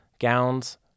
gowns